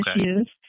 issues